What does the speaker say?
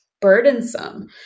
burdensome